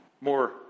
more